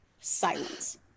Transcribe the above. silence